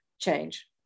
change